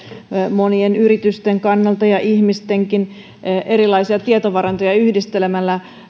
monien yritysten ja ihmistenkin kannalta voi erilaisia tietovarantoja yhdistelemällä